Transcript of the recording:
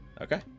Okay